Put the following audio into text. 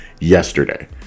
yesterday